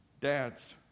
Dads